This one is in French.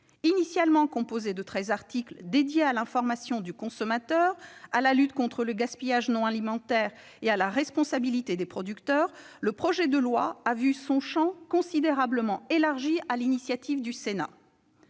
Initialement composé de treize articles dédiés à l'information du consommateur, à la lutte contre le gaspillage non alimentaire et à la responsabilité des producteurs, le projet de loi a vu son champ considérablement élargi sur l'initiative du Sénat.